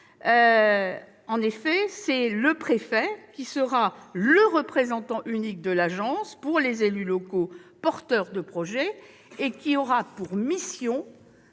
territoires. Le préfet sera le représentant unique de l'agence pour les élus locaux porteurs de projets et aura pour mission